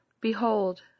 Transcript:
Behold